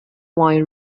wine